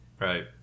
right